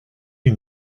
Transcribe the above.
you